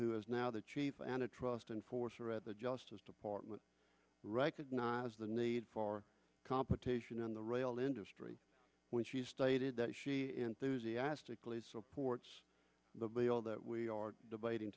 who is now the chief and a trust enforcer at the justice department recognize the need for competition in the rail industry when she stated that she enthusiastically supports the video that we are debating